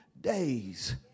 days